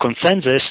consensus